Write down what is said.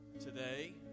today